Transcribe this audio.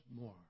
more